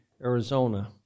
Arizona